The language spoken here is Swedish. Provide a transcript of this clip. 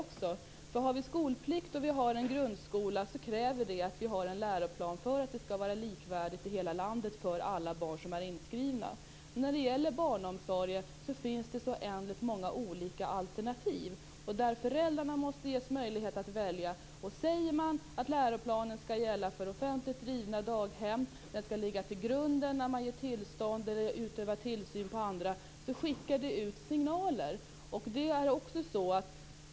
Om vi har skolplikt i grundskolan, kräver det att vi har en läroplan för att det skall vara likvärdigt i hela landet för alla barn som är inskrivna. Det finns ju så oändligt många olika alternativ av barnomsorg. Föräldrarna måste ges möjlighet att välja. Säger man att läroplanen skall gälla för offentligt drivna daghem och att den skall ligga till grund när man ger tillstånd eller utövar tillsyn skickar det ut signaler.